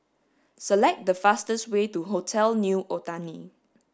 select the fastest way to Hotel New Otani